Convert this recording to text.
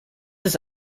ist